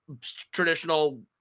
traditional